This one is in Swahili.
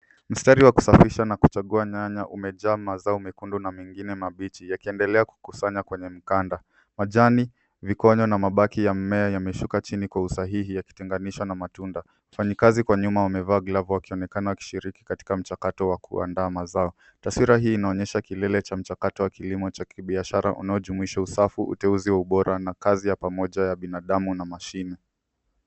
Mstari wa kusafisha na kuchagua nyanya umejaa mazao mekundu na mengine mabichi. Yakiendelea kukusanya kwenye mkanda. Majani, vikonyo na mabaki ya mmea yameshuka chini kwa usahihi akitenganisha na matunda. Wafanyakazi kwa nyuma wamevaa glovu wakionekana kushiriki katika mchakato wa kuandaa mazao. Taswira hii inaonyesha kilele cha mchakato wa kilimo cha kibiashara unaojumuisha usafu uteuzi wabora na kazi ya pamoja ya binadamu na mashine.